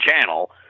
channel